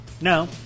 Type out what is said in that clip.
No